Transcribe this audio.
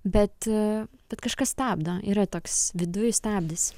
bet bet kažkas stabdo yra toks viduj stabdis